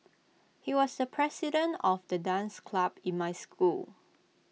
he was the president of the dance club in my school